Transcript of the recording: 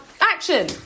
action